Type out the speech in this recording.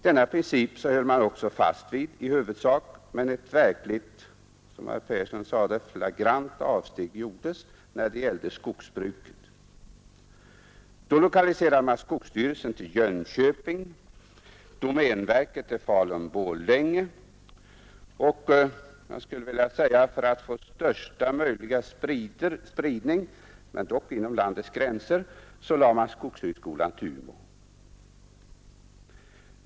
Denna princip höll man också fast vid i huvudsak, men ett verkligt — som herr Persson sade — flagrant avsteg gjordes när det gällde skogsbruket. Då lokaliserade man skogsstyrelsen till Jönköping, domänverket till Falun-Borlänge och — för att få största möjliga spridning men dock inom landets gränser — skogshögskolan till Umeå.